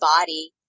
body